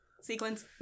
Sequence